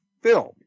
film